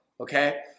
okay